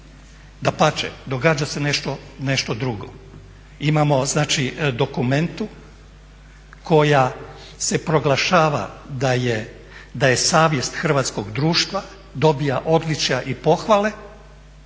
Dapače događa se nešto drugo. Imamo znači dokumentu koja se proglašava da je savjest hrvatskog društva, dobiva odličja i pohvale